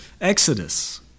exodus